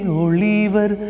oliver